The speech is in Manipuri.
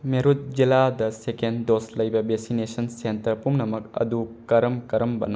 ꯃꯦꯔꯨꯠ ꯖꯤꯂꯥꯗ ꯁꯦꯀꯦꯟ ꯗꯣꯖ ꯂꯩꯕ ꯕꯦꯛꯁꯤꯅꯦꯁꯟ ꯁꯦꯟꯇꯔ ꯄꯨꯝꯅꯃꯛ ꯑꯗꯨ ꯀꯔꯝ ꯀꯔꯝꯕꯅꯣ